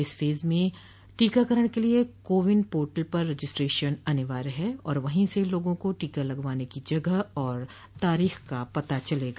इस फेज में टीकाकरण के लिए कोविन पोर्टल पर रजिस्ट्रेशन अनिवार्य है और वहीं से लोगों को टीका लगवाने की जगह और तारीख का पता चलेगा